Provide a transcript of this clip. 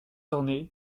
orné